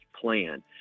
plan